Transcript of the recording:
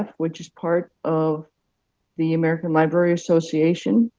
which is part of the american library association.